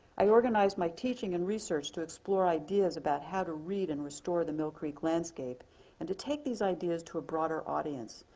i organized my teaching and research to explore ideas about how to read and restore the mill creek landscape and to take these ideas to a broader audience,